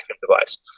device